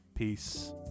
Peace